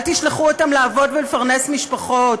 אל תשלחו אותם לעבוד ולפרנס משפחות.